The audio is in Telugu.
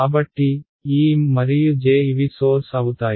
కాబట్టి ఈ M మరియు J ఇవి సోర్స్ అవుతాయి